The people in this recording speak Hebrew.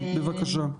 בבקשה.